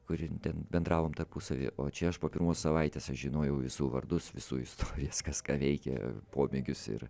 kuri ten bendravom tarpusavy o čia aš po pirmos savaitės aš žinojau visų vardus visų istorijas kas ką veikia pomėgius ir